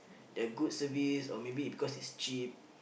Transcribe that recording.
their good service or maybe because it's cheap